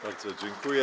Bardzo dziękuję.